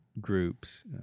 groups